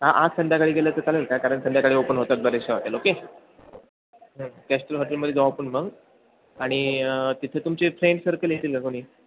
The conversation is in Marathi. हां आज संध्याकाळी गेलं तर चालेल काय कारण संध्याकाळी ओपन होतात बरेचसे हॉटेल ओके कॅस्टल हॉटेलमध्ये जाऊ आपण मग आणि तिथे तुमचे फ्रेंड सर्कल येतील ना कोणी